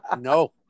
No